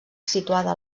situada